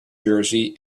jersey